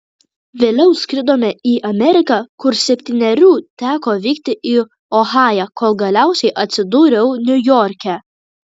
vėliau skridome į ameriką kur septynerių teko vykti į ohają kol galiausiai atsidūriau niujorke